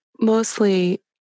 mostly